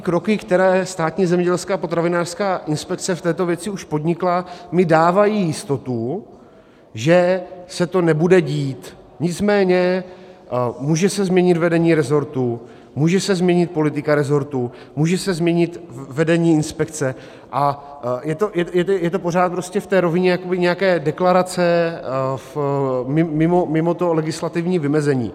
Kroky, které Státní zemědělská a potravinářská inspekce v této věci už podnikla, mi dávají jistotu, že se to nebude dít, nicméně může se změnit vedení resortu, může se změnit politika resortu, může se změnit vedení inspekce a je to pořád prostě v té rovině jakoby nějaké deklarace mimo legislativní vymezení.